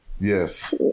Yes